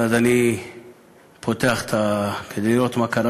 ואז אני פותח חדשות כדי לראות מה קרה,